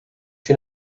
you